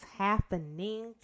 happening